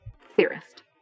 theorist